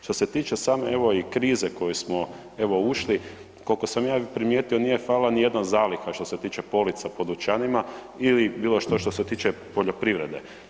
Što se tiče same evo i krize koju smo evo, ušli, koliko sam ja primijetio, nije falila nijedna zaliha što se tiče polica po dućanima ili bilo što, što se tiče poljoprivrede.